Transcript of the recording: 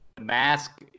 mask